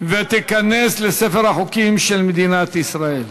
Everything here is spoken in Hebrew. ותיכנס לספר החוקים של מדינת ישראל.